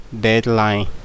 deadline